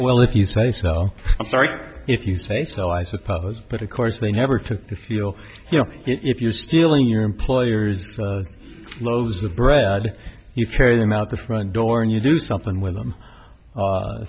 well if you say so i'm sorry if you say so i suppose but of course they never took to feel you know if you're stealing your employer's loaves of bread you carry them out the front door and you do something with them